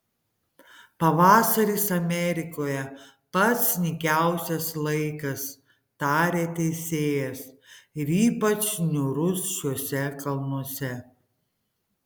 pavasaris amerikoje pats nykiausias laikas tarė teisėjas ir ypač niūrus šiuose kalnuose